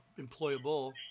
employable